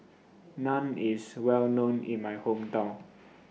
Naan IS Well known in My Hometown